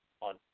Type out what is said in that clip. on